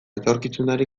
etorkizunari